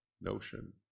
notion